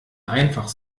einfach